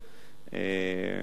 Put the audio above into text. ב.